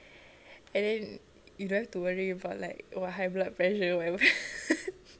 and then you don't have to worry about like what high blood pressure or whatever